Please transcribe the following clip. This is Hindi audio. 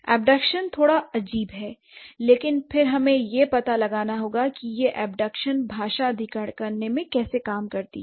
अबदक्षण थोड़ा अजीब है लेकिन फिर हमें यह पता लगाना होगा कि यह अबदक्षण भाषा अधिग्रहण करने में कैसे काम करती है